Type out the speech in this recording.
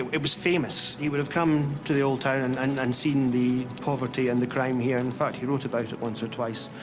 it it was famous. he would have come to the old town and and and seen the poverty and the crime here. in fact, he wrote about it once or twice.